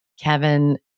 Kevin